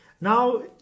Now